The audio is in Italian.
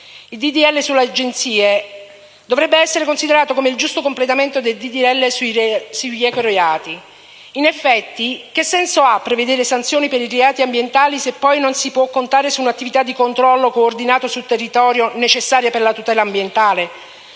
legge sulle Agenzie dovrebbe essere considerato come il giusto completamento del disegno di legge sugli ecoreati. In effetti, che senso ha prevedere sanzioni per i reati ambientali se poi non si può contare su un'attività di controllo coordinato sul territorio necessaria per la tutela ambientale?